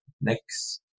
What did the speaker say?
next